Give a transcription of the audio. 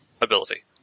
ability